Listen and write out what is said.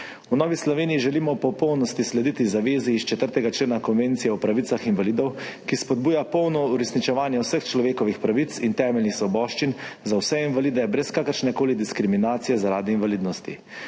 V Novi Sloveniji želimo v popolnosti slediti zavezi iz 4. člena Konvencije o pravicah invalidov, ki spodbuja polno uresničevanje vseh človekovih pravic in temeljnih svoboščin za vse invalide brez kakršne koli diskriminacije zaradi invalidnosti.